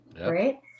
right